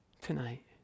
tonight